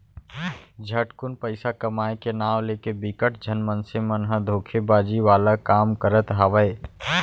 झटकुन पइसा कमाए के नांव लेके बिकट झन मनसे मन ह धोखेबाजी वाला काम करत हावय